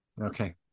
Okay